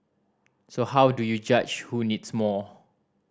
so how do you judge who needs more